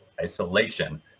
isolation